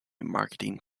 marketing